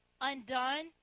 undone